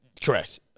Correct